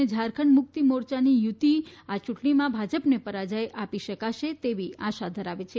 તથા ઝારખંડ મુક્તિ મોરયાની યુતિ આ યૂંટણીમાં ભાજપને પરાજય આપી શકાશે તેવી આશા ધરાવે છે